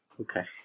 okay